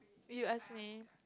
you ask me